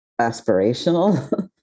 aspirational